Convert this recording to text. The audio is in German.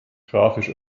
grafisch